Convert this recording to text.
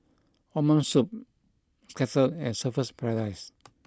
O'ma Spoon Kettle and Surfer's Paradise